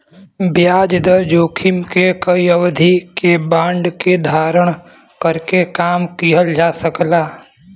ब्याज दर जोखिम के कई अवधि के बांड के धारण करके कम किहल जा सकला